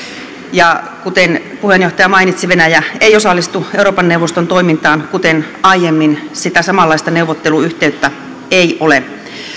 ja kuten puheenjohtaja mainitsi venäjä ei osallistu euroopan neuvoston toimintaan kuten aiemmin sitä samanlaista neuvotteluyhteyttä ei ole